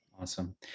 awesome